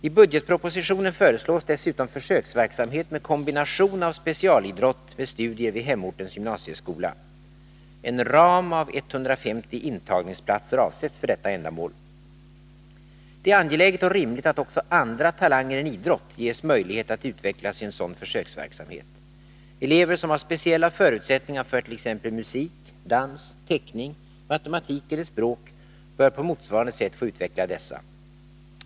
I budgetpropositionen föreslås dessutom försöksverksamhet med kombination av specialidrott med studier vid hemortens gymnasieskola. En ram av 150 intagningsplatser avsätts för detta ändamål. Det är angeläget och rimligt att också andra talanger än idrott ges möjlighet att utvecklas i en sådan försöksverksamhet. Elever som har speciella förutsättningar för t.ex. musik, dans, teckning, matematik eller språk bör på motsvarande sätt få utveckla dessa.